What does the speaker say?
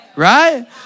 right